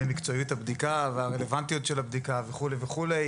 מקצועיות הבדיקה והרלוונטיות של הבדיקה וכו' וכו'.